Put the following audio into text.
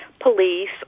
police